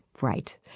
Right